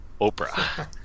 Oprah